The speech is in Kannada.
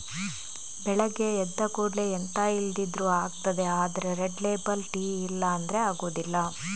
ಬೆಳಗ್ಗೆ ಎದ್ದ ಕೂಡ್ಲೇ ಎಂತ ಇಲ್ದಿದ್ರೂ ಆಗ್ತದೆ ಆದ್ರೆ ರೆಡ್ ಲೇಬಲ್ ಟೀ ಇಲ್ಲ ಅಂದ್ರೆ ಆಗುದಿಲ್ಲ